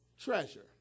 treasure